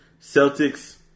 Celtics